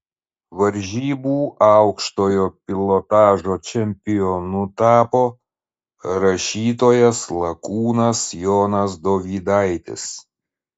varžybų aukštojo pilotažo čempionu tapo rašytojas lakūnas jonas dovydaitis